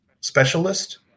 specialist